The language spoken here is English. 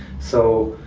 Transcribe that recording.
so,